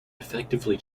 effectively